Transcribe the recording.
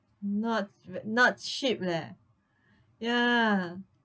not v~ not cheap leh ya